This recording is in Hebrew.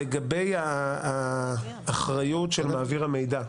לגבי האחריות של מעביר המידע.